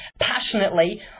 passionately